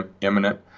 imminent